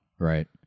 Right